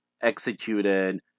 executed